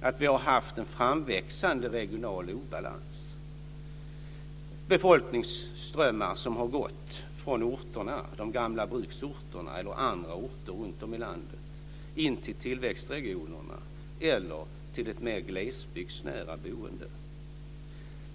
att vi har haft en framväxande regional obalans. Det är befolkningsströmmar som har gått från de gamla bruksorterna och andra orter runtom i landet in till tillväxtregionerna eller ett mer glesbygdsnära boende.